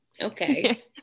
Okay